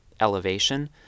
elevation